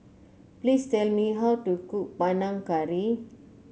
please tell me how to cook Panang Curry